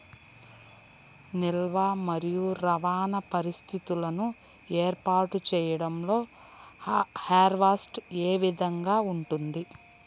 నిల్వ మరియు రవాణా పరిస్థితులను ఏర్పాటు చేయడంలో హార్వెస్ట్ ఏ విధముగా ఉంటుంది?